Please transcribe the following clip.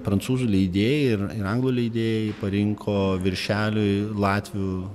prancūzų leidėjai ir ir anglų leidėjai parinko viršeliui latvių